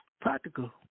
practical